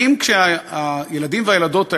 האם כשהילדים והילדות האלה,